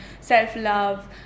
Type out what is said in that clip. self-love